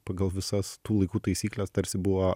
pagal visas tų laikų taisykles tarsi buvo